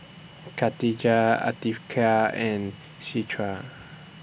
Katijah Afiqah and Citra